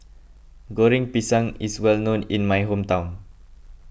Goreng Pisang is well known in my hometown